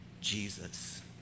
Jesus